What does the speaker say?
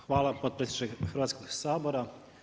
Hvala potpredsjedniče Hrvatskog sabora.